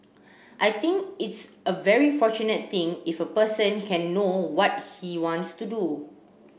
I think it's a very fortunate thing if a person can know what he wants to do